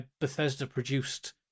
Bethesda-produced